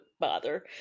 bother